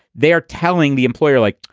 they are telling the employer, like,